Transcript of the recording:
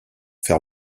fer